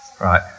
Right